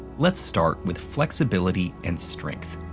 let's start with flexibility and strength.